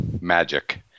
magic